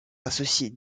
associées